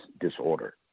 disorder